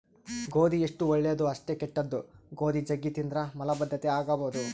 ಗೋಧಿ ಎಷ್ಟು ಒಳ್ಳೆದೊ ಅಷ್ಟೇ ಕೆಟ್ದು, ಗೋಧಿ ಜಗ್ಗಿ ತಿಂದ್ರ ಮಲಬದ್ಧತೆ ಆಗಬೊದು